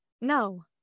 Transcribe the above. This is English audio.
no